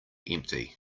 empty